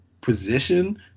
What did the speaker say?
position